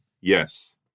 Yes